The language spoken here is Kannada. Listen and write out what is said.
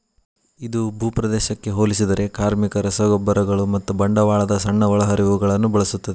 ಇದು ಭೂಪ್ರದೇಶಕ್ಕೆ ಹೋಲಿಸಿದರೆ ಕಾರ್ಮಿಕ, ರಸಗೊಬ್ಬರಗಳು ಮತ್ತು ಬಂಡವಾಳದ ಸಣ್ಣ ಒಳಹರಿವುಗಳನ್ನು ಬಳಸುತ್ತದೆ